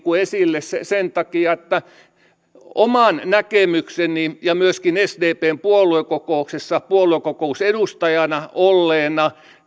esille sen takia että näen ja tulkitsen oman näkemykseni mukaan ja myöskin sdpn puoluekokouksessa puoluekokousedustajana olleena